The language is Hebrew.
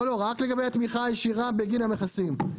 לא, רק לגבי התמיכה הישירה בגין המכסים.